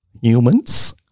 humans